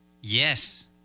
Yes